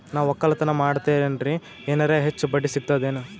ನಾ ಒಕ್ಕಲತನ ಮಾಡತೆನ್ರಿ ಎನೆರ ಹೆಚ್ಚ ಬಡ್ಡಿ ಸಿಗತದೇನು?